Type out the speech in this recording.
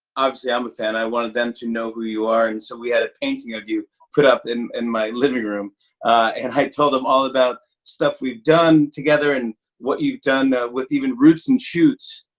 so yeah i'm a fan. i wanted them to know who you are and so we had a painting of you put up in in my living room and i told them all about stuff we've done together and what you've done with even roots and shoots,